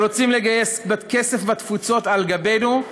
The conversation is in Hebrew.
הם רוצים לגייס כסף בתפוצות על גבנו,